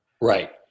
Right